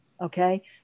Okay